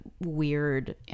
weird